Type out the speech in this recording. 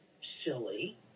silly